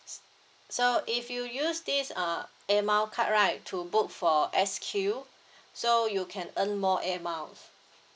so if you use this err airmile card right to book for S Q so you can earn more airmiles